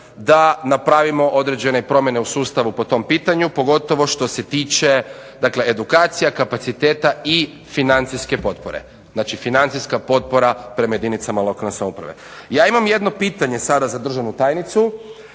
da napravimo određene promjene u sustavu po tom pitanju, pogotovo što se tiče edukacija, kapaciteta i financijske potpore, znači financijska potpora prema jedinicama lokalne samouprave. Ja imam jedno pitanje sada za državnu tajnicu.